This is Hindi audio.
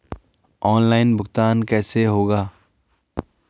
ऑनलाइन भुगतान कैसे होगा?